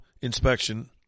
inspection